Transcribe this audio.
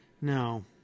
no